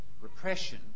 repression